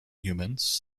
humans